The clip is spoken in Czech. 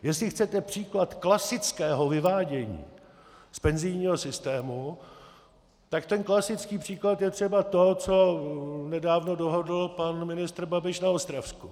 Jestli chcete příklad klasického vyvádění z penzijního systému, tak ten klasický příklad je třeba to, co nedávno dohodl pan ministr Babiš na Ostravsku.